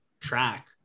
track